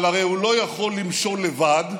אבל הרי הוא לא יכול למשול לבד,